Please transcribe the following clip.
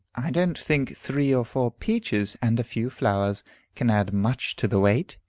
i don't think three or four peaches and a few flowers can add much to the weight.